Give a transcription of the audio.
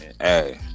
Hey